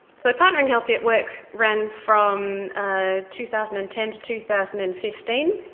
so partneringhealthy work ran from ah two thousand and ten to two thousand and fifteen.